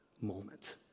moment